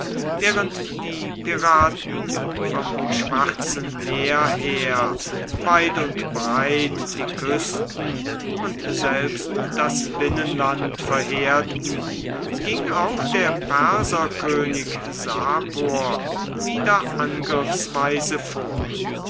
während die piraten vom schwarzen meer her weit und breit die küsten und selbst das binnenland verheerten ging auch der perserkönig sapor wieder angriffsweise vor